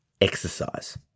exercise